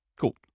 Cool